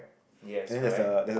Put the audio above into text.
yes correct